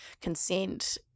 consent